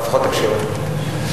אבל לפחות תקשיב אתה,